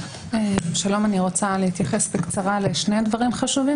שלום, אני רוצה להתייחס בקצרה לשני דברים חשובים.